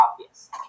obvious